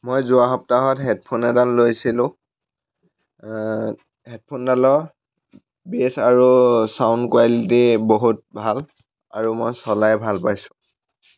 মই যোৱা সপ্তাহত হেডফোন এডাল লৈছিলোঁ হেডফোনডালৰ বেছ আৰু ছাউণ্ড কোৱালিটী বহুত ভাল আৰু মই চলাই ভাল পাইছোঁ